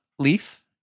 Leaf